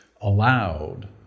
allowed